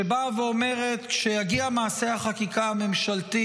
שבאה ואומרת שכשיגיע המעשה החקיקה הממשלתי